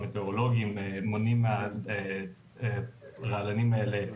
המטאורולוגים מונעים מהרעלנים האלה להתפזר.